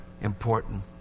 important